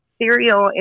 cereal